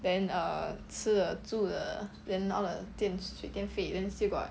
then err 吃的住的 then all 电水电费 then still got